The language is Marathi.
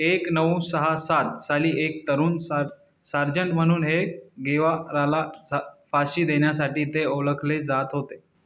एक नऊ सहा सातसाली एक तरुण सा सार्जंट म्हणून हे गेवाराला सा फाशी देण्यासाठी ते ओळखले जात होते